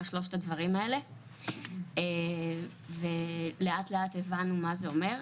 שלושת הדברים האלה ולאט לאט הבנו מה זה אומר,